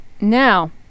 Now